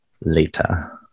later